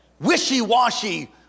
wishy-washy